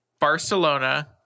Barcelona